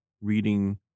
reading